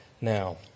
now